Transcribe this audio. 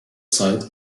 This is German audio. zeit